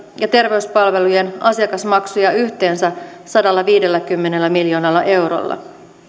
ja terveyspalvelujen asiakasmaksuja yhteensä sadallaviidelläkymmenellä miljoonalla eurolla